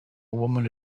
woman